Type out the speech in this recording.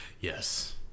Yes